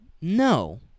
No